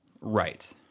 right